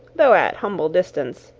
though at humble distance,